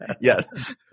Yes